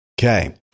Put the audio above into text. Okay